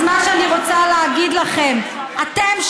אז מה שאני רוצה להגיד לכם: אתם,